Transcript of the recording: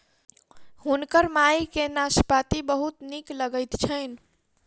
हुनकर माई के नाशपाती बहुत नीक लगैत छैन